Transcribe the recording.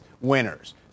winners